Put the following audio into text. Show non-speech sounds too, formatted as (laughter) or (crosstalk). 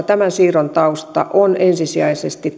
(unintelligible) tämän siirron tausta on ensisijaisesti (unintelligible)